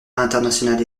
internationale